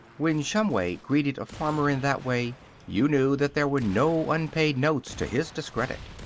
when shumway greeted a farmer in that way you knew that there were no unpaid notes to his discredit.